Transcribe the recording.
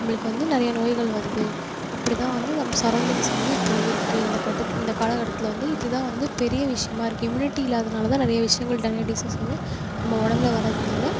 நம்மளுக்கு வந்து நிறைய நோய்கள் வருது அப்படி தான் வந்து நம்ம சரௌண்டிங்ஸ் வந்து இப்போ இருக்குது இந்த கட்டத்து இந்த கால கட்டத்தில் வந்து இதுதான் வந்து பெரிய விஷயமா இருக்குது இம்யூனிட்டி இல்லாததுனால் தான் நிறைய விஷயங்கள் நிறைய டிசீஸ் வந்து நம்ம உடம்புல வர்றதுனால்